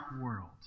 world